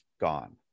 gone